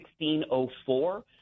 1604